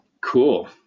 Cool